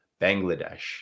bangladesh